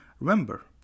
Remember